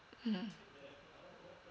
mmhmm